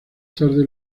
tarde